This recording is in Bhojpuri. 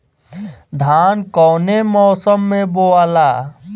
धान कौने मौसम मे बोआला?